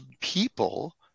people